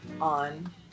on